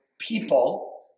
people